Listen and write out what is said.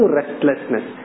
restlessness